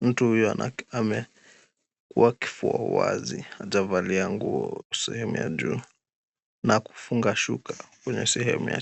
Mtu huyo amefungua kifua wazi hajavalia nguo sehemu ya juu na kufungua suka sehemu ya chini.